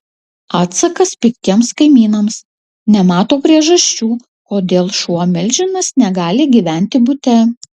atsakas piktiems kaimynams nemato priežasčių kodėl šuo milžinas negali gyventi bute